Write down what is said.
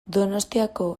donostiako